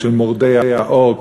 של מורדי האור,